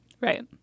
Right